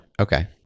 Okay